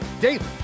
daily